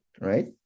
Right